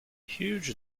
huge